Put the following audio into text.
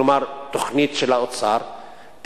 כלומר בתוכנית של האוצר,